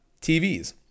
TVs